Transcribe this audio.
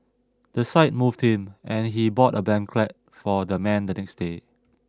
the sight moved him and he bought a blanket for the man the next day